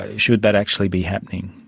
ah should that actually be happening.